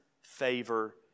favor